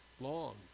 long